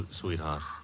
sweetheart